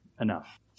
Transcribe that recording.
enough